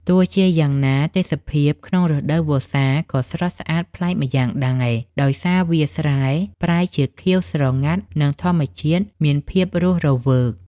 ទោះជាយ៉ាងណា ទេសភាពក្នុងរដូវវស្សាក៏ស្រស់ស្អាតប្លែកម្យ៉ាងដែរ ដោយសារវាលស្រែប្រែជាខៀវស្រងាត់និងធម្មជាតិមានភាពរស់រវើក។